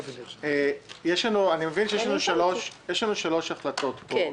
אני מבין שיש לנו שלוש החלטות פה.